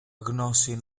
γνώση